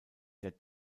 der